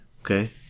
Okay